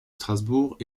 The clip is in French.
strasbourg